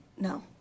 No